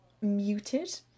muted